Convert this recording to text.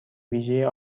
ویژه